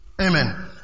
Amen